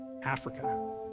Africa